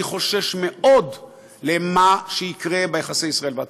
אני חושש מאוד למה שיקרה ביחסי ישראל והתפוצות,